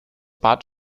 bad